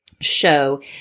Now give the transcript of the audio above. show